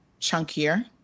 chunkier